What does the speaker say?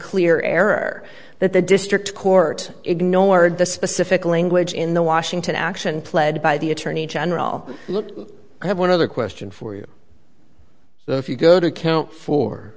unclear error that the district court ignored the specific language in the washington action played by the attorney general look i have one other question for you so if you go to count fo